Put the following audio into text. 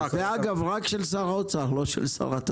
דרך אגב, רק של שר האוצר, לא של שרת התחבורה.